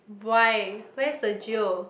why where is the jio